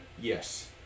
Yes